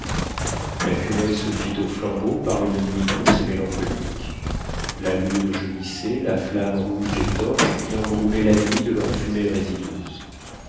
la curée se fit aux flambeaux par une nuit douce et mélancolique la lune jaunissait la flamme rouge des torches qui embrumaient la nuit de leur fumée résineuse